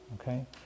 okay